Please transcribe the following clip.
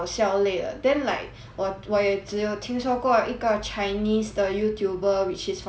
我我也只有听说过一个 chinese 的 youtuber which is from singapore 什么 tiff with me